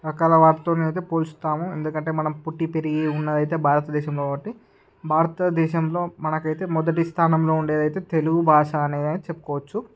రకాల వాటితోనైతే పోలుస్తాము ఎందుకంటే మనం పుట్టి పెరిగి ఉన్నదైతే భారతదేశంలో కాబట్టి భారతదేశంలో మనకైతే మొదటిస్థానంలో ఉండేదైతే తెలుగు భాష అనే చెప్పుకోవచ్చు